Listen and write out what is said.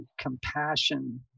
compassion